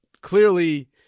clearly